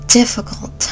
difficult